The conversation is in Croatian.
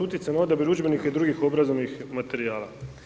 Utjecaj na odabir udžbenika i drugih obrazovnih materijala.